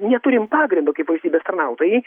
neturim pagrindo kaip valstybės tarnautojai